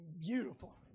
beautiful